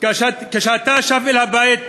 כשאתה שב אל הבית,